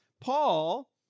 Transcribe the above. Paul